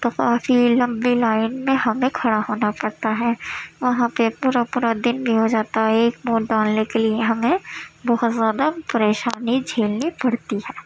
تو کافی لمبی لائن میں ہمیں کھڑا ہونا پڑتا ہے وہاں پہ پورا پورا دن بھی ہو جاتا ہے ایک ووٹ ڈالنے کے لیے ہمیں بہت زیادہ پریشانی جھیلنی پڑتی ہے